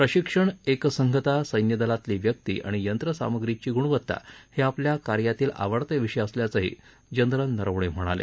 प्रशिक्षण एकसंघता सैन्यदलातली व्यक्ती आणि यंत्रसामग्रीची गुणवत्ता हे आपल्या कार्यातील आवडते विषय असल्याचंही जनरल नरवणे म्हणाले